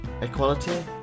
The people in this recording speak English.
equality